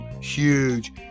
Huge